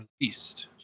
released